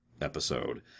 episode